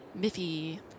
Miffy